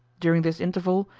during this interval,